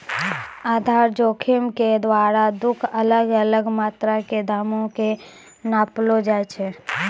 आधार जोखिम के द्वारा दु अलग अलग मात्रा के दामो के नापलो जाय छै